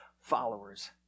followers